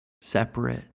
separate